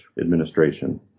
Administration